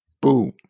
boom